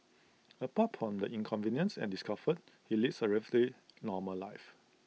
apart from the inconvenience and discomfort he leads A relatively normal life